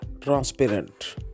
transparent